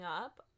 up